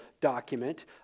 document